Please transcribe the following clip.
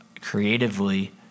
creatively